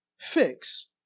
Fix